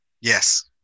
yes